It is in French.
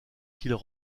qu’ils